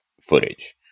footage